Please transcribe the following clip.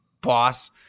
boss